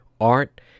art